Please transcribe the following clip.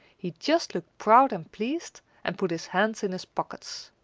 he just looked proud and pleased and put his hands in his pockets.